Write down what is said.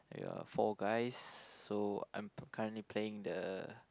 we are four guys so I'm currently playing the